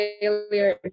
failure